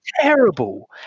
terrible